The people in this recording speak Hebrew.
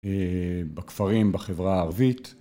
בכפרים, בחברה הערבית.